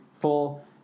full